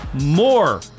more